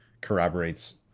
corroborates